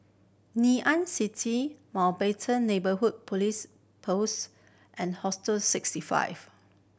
Ngee Ann City Mountbatten Neighbourhood Police Post and Hostel Sixty Five